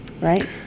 right